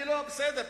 בסדר,